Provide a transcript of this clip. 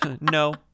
no